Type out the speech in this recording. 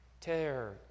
tear